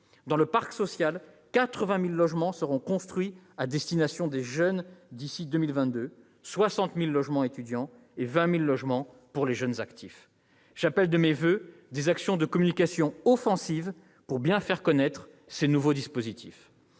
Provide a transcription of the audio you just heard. Dans le parc social, 80 000 logements seront construits à destination des jeunes d'ici à 2022, 60 000 logements étudiants et 20 000 logements pour les jeunes actifs. J'appelle de mes voeux des actions de communication offensives pour bien faire connaître ces nouveaux dispositifs.